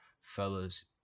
Fellas